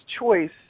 choice